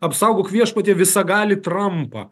apsaugok viešpatie visagalį trampą